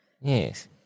Yes